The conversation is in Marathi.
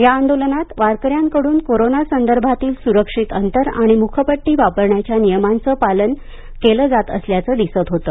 या आंदोलनात वारकाऱ्यांकडून कोरोना संदर्भातील सुरक्षित अंतर आणि मुखपट्टी वापरण्याच्या नियमांचं पालन केलं जात असल्याचं दिसत होतं